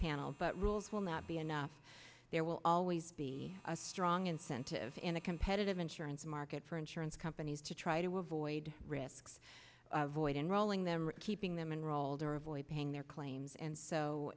panel but rules will not be enough there will always be a strong incentive in a competitive insurance market for insurance companies to try to avoid risks void enrolling them keeping them in rolled or avoid paying their claims and so